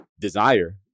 desire